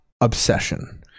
obsession